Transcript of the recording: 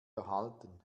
erhalten